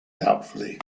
doubtfully